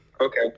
Okay